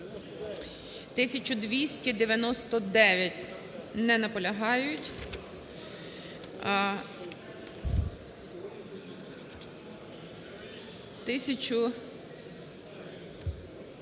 1298. Не наполягають. 1299. Не наполягають.